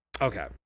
okay